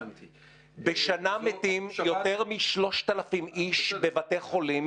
בשנה מתים יותר מ-3,000 איש בבתי חולים